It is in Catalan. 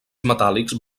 metàl·lics